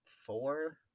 four